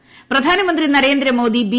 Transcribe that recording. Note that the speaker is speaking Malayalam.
ഇന്നും പ്രധാനമന്ത്രി നരേന്ദ്രമോദി ബി